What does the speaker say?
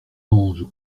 anges